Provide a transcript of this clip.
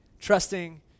trusting